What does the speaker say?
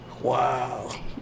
Wow